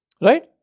Right